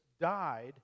died